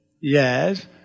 Yes